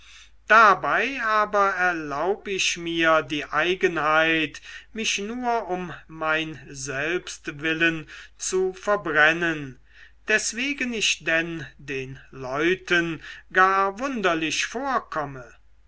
dabei aber erlaub ich mir die eigenheit mich nur um mein selbst willen zu verbrennen deswegen ich denn den leuten gar wunderlich vorkomme